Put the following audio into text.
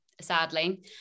sadly